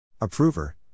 Approver